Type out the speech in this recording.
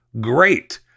great